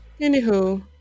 anywho